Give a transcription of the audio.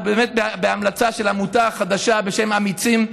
ובאמת בהמלצה של עמותה חדשה בשם "אמיצים",